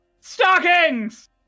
Stockings